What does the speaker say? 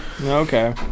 Okay